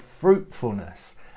fruitfulness